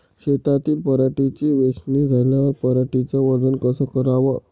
शेतातील पराटीची वेचनी झाल्यावर पराटीचं वजन कस कराव?